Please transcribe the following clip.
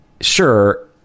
sure